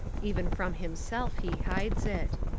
even from him self he hides it.